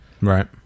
Right